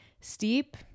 steep